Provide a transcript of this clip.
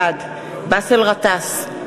בעד באסל גטאס,